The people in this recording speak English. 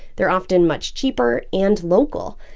they're often much cheaper and local.